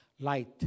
light